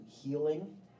healing